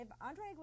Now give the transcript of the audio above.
Andre